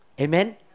Amen